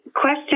question